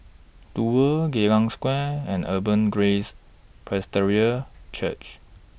Duo Geylang Square and Abundant Grace Presbyterian Church